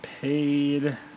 paid